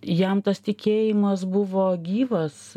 jam tas tikėjimas buvo gyvas